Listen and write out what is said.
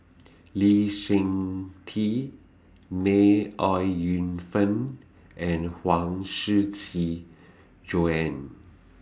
Lee Seng Tee May Ooi Yu Fen and Huang Shiqi Joan